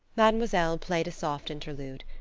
mademoiselle played a soft interlude.